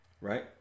right